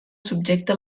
subjecte